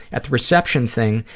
at the reception thing,